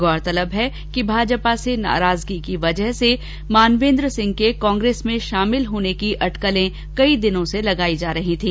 गौरतलब है कि भाजपा से नाराजगी की वजह से मानवेन्द्र सिंह के कांग्रेस में शामिल होने की अटकलें कई दिनों से लगाई जा रही थी